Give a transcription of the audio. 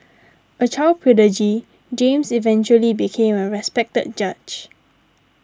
a child prodigy James eventually became a respected judge